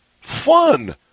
fun